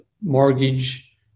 mortgage